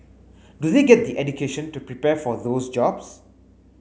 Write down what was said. do they get the education to prepare for those jobs